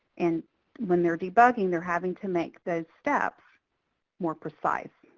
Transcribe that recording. and when they're debugging, they're having to make those steps more precise.